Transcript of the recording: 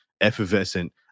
effervescent